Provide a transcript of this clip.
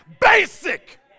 basic